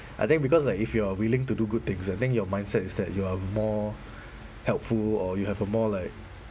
I think because like if you are willing to do good things I think your mindset is that you are more helpful or you have a more like